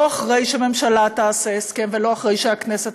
לא אחרי שהממשלה תעשה הסכם ולא אחרי שהכנסת